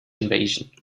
invasion